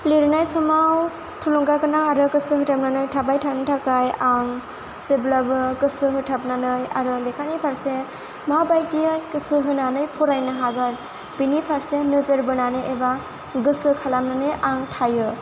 लिरनाय समाव थुलुंगा गोनां आरो गोसो होथाबनानै थाबाय थानो थाखाय आं जेब्लाबो गोसो होथाबनानै आरो लेखानि फारसे माबायदियै गोसो होनानै फरायनो हागोन बिनि फारसे नोजोर बोनानै एबा गोसो खालामनानै आं थायो